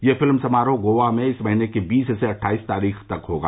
यह फिल्म समारोह गोवा में इस महीने की बीस से अट्ठाईस तारीख तक होगा